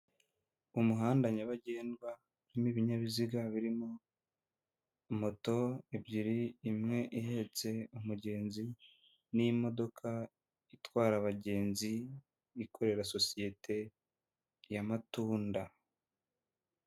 Umuhanda nyabagendwa urimo ibinyabiziga birimo moto ebyiri imwe ihetse umugenzi n'imodoka itwara abagenzi ikorera sosiyete ya matunda.